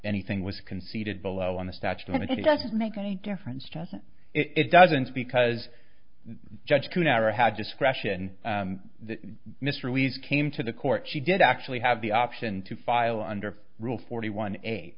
anything was conceded below in the statute with you doesn't make any difference doesn't it doesn't because judge who never had discretion mr leeds came to the court she did actually have the option to file under rule forty one eight